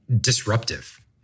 disruptive